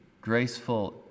graceful